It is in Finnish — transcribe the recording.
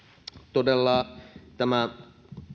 todella tämän